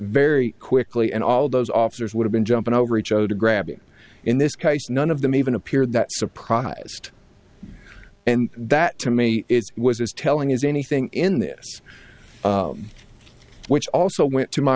very quickly and all those officers would have been jumping over each other to grab him in this case none of them even appeared that surprised and that to me was his telling his anything in this which also went to my